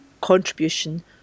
contribution